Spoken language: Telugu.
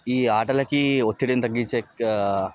ఈ ఆటలకి ఒత్తిడిని తగ్గించే